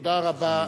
תודה רבה.